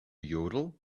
yodel